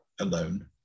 alone